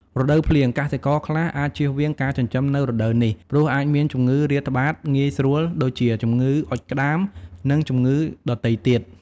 រដូវភ្លៀង កសិករខ្លះអាចជៀសវាងការចិញ្ចឹមនៅរដូវនេះ ព្រោះអាចមានជំងឺរាតត្បាតងាយស្រួល ដូចជា ជំងឺអុតក្ដាម និងជំងឺដទៃទៀត។